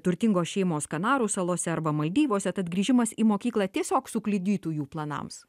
turtingos šeimos kanarų salose arba maldyvuose tad grįžimas į mokyklą tiesiog sukliudytų jų planams